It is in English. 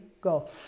Go